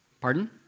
Pardon